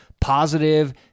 positive